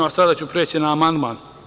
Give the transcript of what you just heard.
Sada ću preći na amandman.